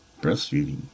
breastfeeding